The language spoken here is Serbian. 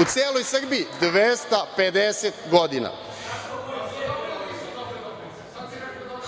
u celoj Srbiji 250 godina.